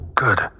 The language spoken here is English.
good